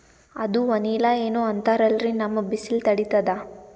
ಅದು ವನಿಲಾ ಏನೋ ಅಂತಾರಲ್ರೀ, ನಮ್ ಬಿಸಿಲ ತಡೀತದಾ?